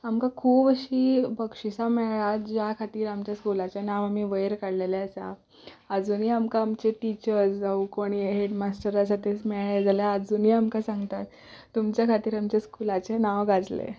आमकां खूब अशीं बक्षिसां मेळ्ळ्यांत ज्या खातीर आमच्या स्कुलाचें नांव आमीं वयर काडिल्लें आसा आजूनय आमकां आमचे टिचर्स जावं कोणय हेडमास्टर आसा तेच मेळ्ळे जाल्यार आजूनय आमकां सांगतात तुमच्या खातीर आमच्या स्कुलाचें नांव गाजलें